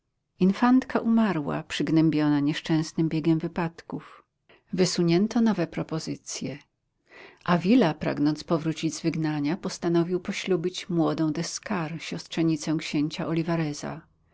infantka umarła przygnębiona nieszczęsnym biegiem wypadków wysunięto nowe propozycje avila pragnąc powrócić z wygnania postanowił poślubić młodą de scar siostrzenicę księcia